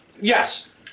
Yes